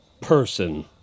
person